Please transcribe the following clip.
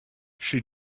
she